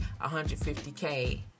$150K